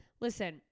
Listen